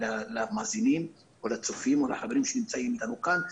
למאזינים ולצופים ולחברים שנמצאים איתנו כאן,